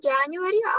January